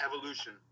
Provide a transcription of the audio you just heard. evolution